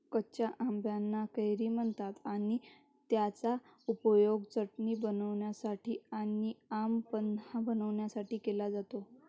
कच्या आंबाना कैरी म्हणतात आणि त्याचा उपयोग चटणी बनवण्यासाठी आणी आम पन्हा बनवण्यासाठी केला जातो